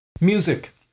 music